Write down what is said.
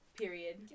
period